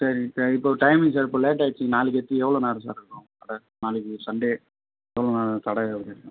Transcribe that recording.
சரி சார் இப்போது timing sir இப்போது லேட்டாகிடுச்சி நாளைக்கு எத்தி எவ்வளோ நேரம் சார் இருக்கும் கடை நாளைக்கு சண்டே எவ்வளோ நேரம் கடை இருக்கும்